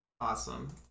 awesome